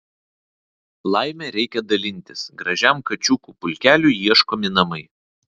laime reikia dalintis gražiam kačiukų pulkeliui ieškomi namai